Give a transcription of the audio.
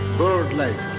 bird-like